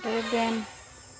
ᱨᱮᱵᱮᱱ